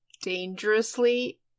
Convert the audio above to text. dangerously